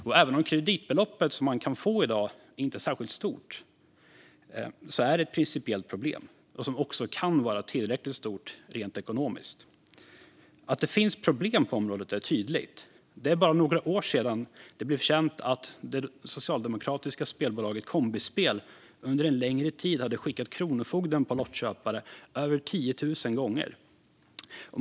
Även om det kreditbelopp som man kan få i dag inte är särskilt stort är det ett principiellt problem som också kan vara tillräckligt stort rent ekonomiskt. Att det finns problem på området är tydligt. Det är bara några år sedan som det blev känt att det socialdemokratiska spelbolaget Kombispel under en längre tid hade skickat Kronofogden på lottköpare över 10 000 gånger.